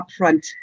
upfront